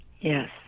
Yes